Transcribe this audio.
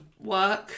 work